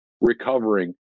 recovering